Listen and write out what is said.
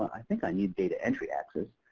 i think i need data entry access,